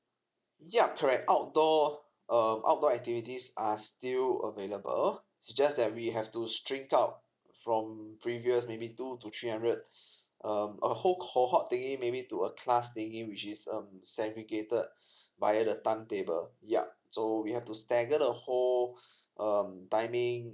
yup correct outdoor um outdoor activities are still available it's just that we have to string out from previous maybe two to three hundred um a whole cohort thingy maybe to a class thingy in which is um segregated via the timetable yup so we have to stagger the whole um timing